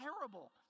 terrible